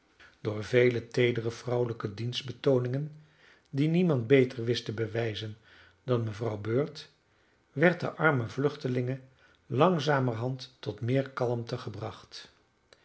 door vele teedere vrouwelijke dienstbetooningen die niemand beter wist te bewijzen dan mevrouw bird werd de arme vluchtelinge langzamerhand tot meer kalmte gebracht